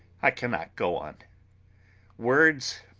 i cannot go on words